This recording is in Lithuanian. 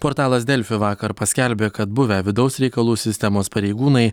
portalas delfi vakar paskelbė kad buvę vidaus reikalų sistemos pareigūnai